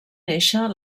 néixer